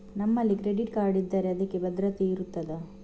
ನಮ್ಮಲ್ಲಿ credit card ಇದ್ದರೆ ಅದಕ್ಕೆ ಭದ್ರತೆ ಇರುತ್ತದಾ?